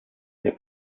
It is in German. der